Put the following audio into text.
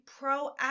proactive